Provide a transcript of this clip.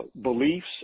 beliefs